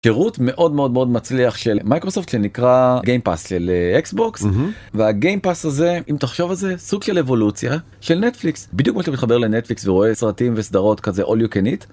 שירות מאוד מאוד מאוד מצליח של מייקרוסופט שנקרא Game Pass לאקסבוקס וה-Game Pass הזה אם תחשוב על זה סוג של אבולוציה של נטפליקס בדיוק מתחבר לנטפליקס ורואה סרטים וסדרות כזה all you can eat.